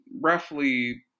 roughly